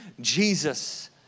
Jesus